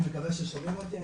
אני מקווה ששומעים אותי.